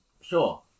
Sure